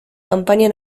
campaña